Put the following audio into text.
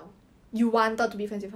erica was from that school also [what]